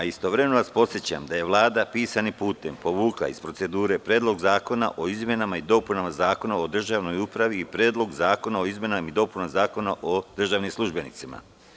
Istovremeno vas podsećam da je Vlada, pisanim putem, povukla iz procedure Predlog zakona o izmenama i dopunama Zakona o državnoj upravi i Predlog zakona o izmenama i dopunama Zakona o državnim službenicima.